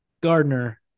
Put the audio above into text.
Gardner